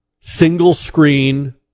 single-screen